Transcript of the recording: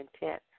intent